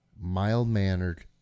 mild-mannered